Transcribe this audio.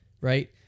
right